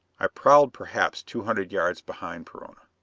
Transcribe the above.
i prowled perhaps two hundred yards behind perona.